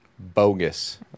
bogus